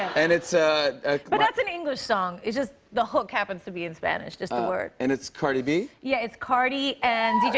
and ah but that's an english song. it just the hook happens to be in spanish. just the word. and it's cardi b? yeah, it's cardi and